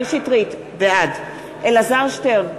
בעד אלעזר שטרן,